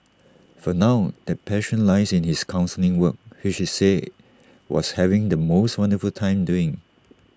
for now that passion lies in his counselling work which he said was having the most wonderful time doing